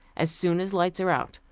as soon as lights are out,